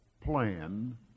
plan